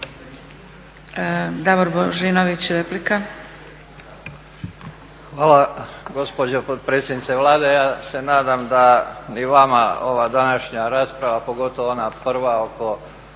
**Božinović, Davor (HDZ)** Hvala gospođo potpredsjednice Vlade ja se nadam da ni vama ova današnja rasprava, pogotovo ona prva sa